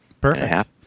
Perfect